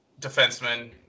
defenseman